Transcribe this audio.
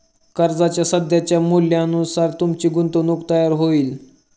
कर्जाच्या सध्याच्या मूल्यानुसार तुमची गुंतवणूक तयार होईल